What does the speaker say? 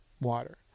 water